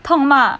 痛吗